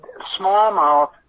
smallmouth